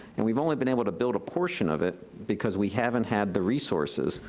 and we've only been able to build a portion of it because we haven't had the resources,